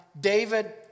David